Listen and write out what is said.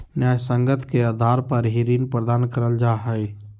न्यायसंगत के आधार पर ही ऋण प्रदान करल जा हय